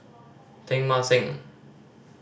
Teng Mah Seng